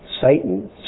Satan